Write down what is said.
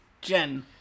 Jen